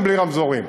בלי רמזורים.